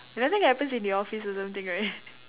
nothing happens in the office or something right